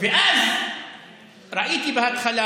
ואז ראיתי בהתחלה